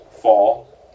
fall